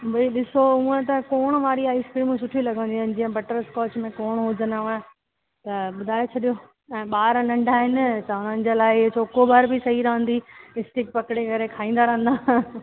भई ॾिसो हूअं त कोण वारी आइसक्रीमूं सुठियूं लॻंदियूं आहिनि जीअं बटर स्कॉच में कोण हुजनिव त ॿुधाए छॾियो ऐं ॿार नंढा आहिनि तव्हांजे लाइ इहा चोकोबार बि सही रहंदी इस्टिक पकिड़े करे खाईंदा रहंदा